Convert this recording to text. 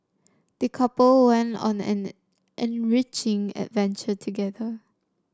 the couple went on an enriching adventure together